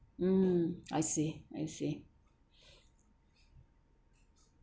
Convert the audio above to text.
mm I see I see